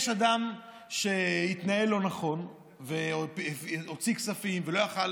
יש אדם שהתנהל לא נכון והוציא כספים ולא היה יכול,